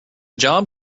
job